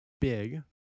big